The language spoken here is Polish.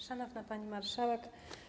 Szanowna Pani Marszałek!